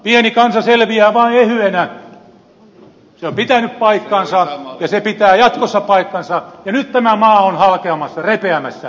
pieni kansa selviää vain ehyenä se on pitänyt paikkansa ja se pitää jatkossa paikkansa ja nyt tämä maa on halkeamassa repeämässä ja te vaan toteatte että antaa mennä